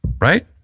right